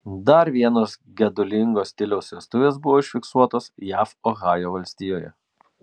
dar vienos gedulingo stiliaus vestuvės buvo užfiksuotos jav ohajo valstijoje